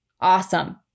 awesome